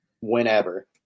whenever